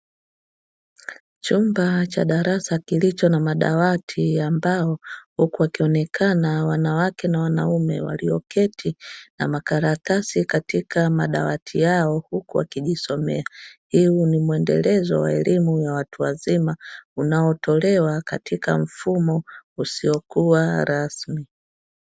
Chumba cha darasa kilicho na madawati ya mbao, huku wakionekana wanawake na wanaume walioketi na makaratasi katika madawati yao huku wakijisomea. Huu ni mwendelezo wa elimu ya watu wazima unaotolewa katika mfumo usiokuwa rasmi.